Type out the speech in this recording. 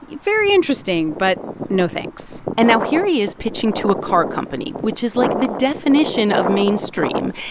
very interesting, but no thanks and now here he is pitching to a car company, which is like the definition of mainstream.